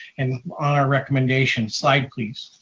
and on our recommendation slide please.